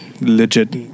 legit